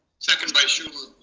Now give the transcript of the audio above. second by schueller.